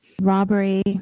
robbery